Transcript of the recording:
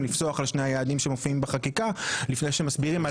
לפסוח על שני היעדים שמופיעים בחקיקה לפני שמסבירים.